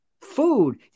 food